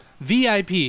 VIP